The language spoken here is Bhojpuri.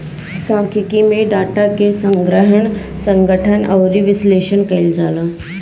सांख्यिकी में डाटा के संग्रहण, संगठन अउरी विश्लेषण कईल जाला